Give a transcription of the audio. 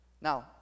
now